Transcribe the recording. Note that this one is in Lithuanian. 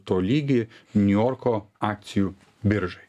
tolygi niujorko akcijų biržai